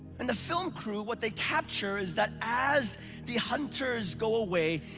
and the film crew, what they capture is that as the hunters go away,